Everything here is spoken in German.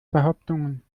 behauptungen